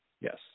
yes